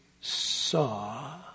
saw